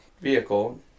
vehicle